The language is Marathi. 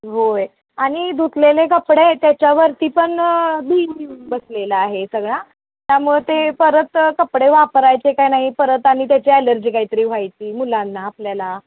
होय आणि धुतलेले कपडे त्याच्यावरती पण बसलेलं आहे सगळा त्यामुळं ते परत कपडे वापरायचे का नाही परत आणि त्याची ॲलर्जी काहीतरी व्हायची मुलांना आपल्याला